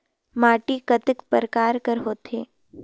माटी कतेक परकार कर होथे?